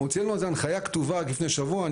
הוצאנו על זה הנחיה כתובה רק לפני שבוע,